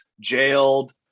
jailed